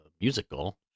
musical